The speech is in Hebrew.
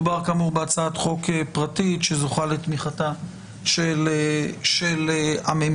מדובר בהצעת חוק פרטית שזוכה לתמיכתה של הממשלה.